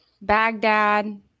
Baghdad